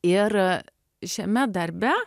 ir šiame darbe